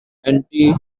anti